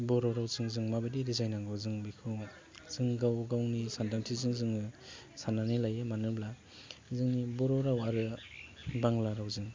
बर' रावजों जों माबादि रिजायनांगौ जों बेखौ जों गाव गावनि सान्दांथिजों जोङो सान्नानै लायो मानो होमब्ला जोंनि बर' राव आरो बांग्ला रावजों